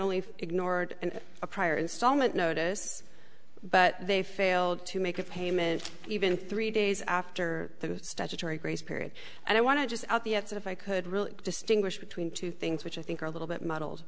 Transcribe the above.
only ignored and a prior installment notice but they failed to make a payment even three days after the statutory grace period and i want to just out the ets if i could really distinguish between two things which i think are a little bit muddled